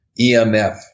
EMF